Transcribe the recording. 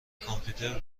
کامپیوتر